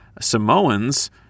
Samoans